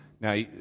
now